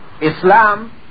Islam